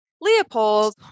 Leopold